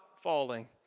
falling